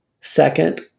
second